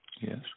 Yes